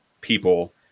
people